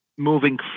moving